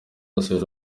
yasuwe